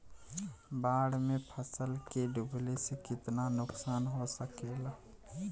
बाढ़ मे फसल के डुबले से कितना नुकसान हो सकेला?